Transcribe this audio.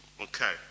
Okay